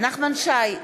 נחמן שי,